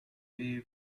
pay